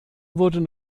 wurden